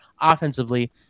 offensively